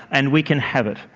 and we can have it.